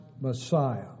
Messiah